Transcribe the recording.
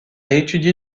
étudié